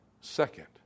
Second